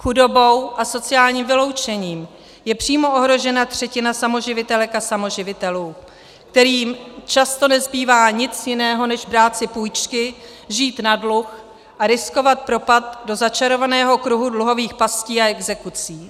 Chudobou a sociálním vyloučením je přímo ohrožena třetina samoživitelek a samoživitelů, kterým často nezbývá nic jiného než si brát půjčky, žít na dluh a riskovat propad do začarovaného kruhu dluhových pastí a exekucí.